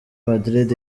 madrid